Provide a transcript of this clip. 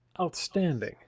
Outstanding